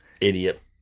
idiot